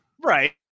right